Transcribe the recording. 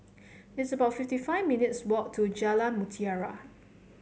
it's about fifty five minutes' walk to Jalan Mutiara